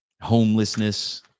Homelessness